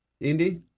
Indy